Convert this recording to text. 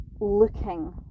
looking